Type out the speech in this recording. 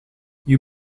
you